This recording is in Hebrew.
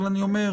אבל אני אומר,